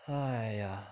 !aiya!